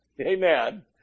amen